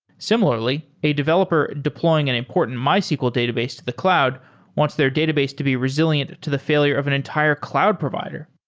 similarly, a developer deploying an important mysql database to the cloud wants their database to be resilient to the failure of an entire cloud provider.